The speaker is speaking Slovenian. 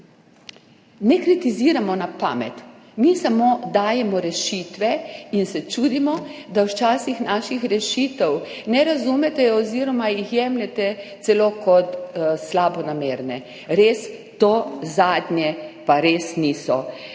ne kritiziramo na pamet, mi samo dajemo rešitve in se čudimo, da včasih naših rešitev ne razumete oziroma jih jemljete celo kot slabonamerne. Res, to zadnje pa res niso.